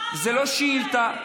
זו לא שאילתה,